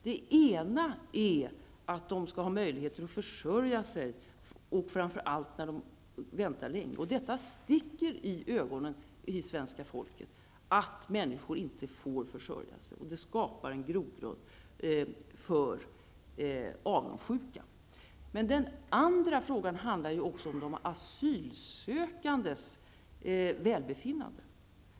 Den ena är att de som väntar skall ha möjlighet att få försörja sig, framför allt när de väntar länge. Det sticker i ögonen på det svenska folket att människor inte får försörja sig, och det skapar en grogrund för avundsjuka. Den andra saken handlar om de asylsökandes välbefinnande.